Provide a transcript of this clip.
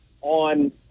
on